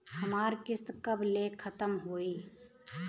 हमार किस्त कब ले खतम होई?